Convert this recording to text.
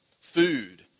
food